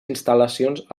instal·lacions